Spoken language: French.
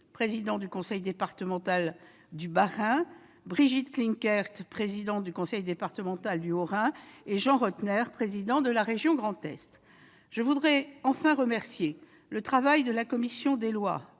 président du conseil départemental du Bas-Rhin, Brigitte Klinkert, présidente du conseil départemental du Haut-Rhin, et Jean Rottner, président de la région Grand Est. Je voudrais enfin saluer le travail de la commission des lois